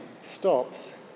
stops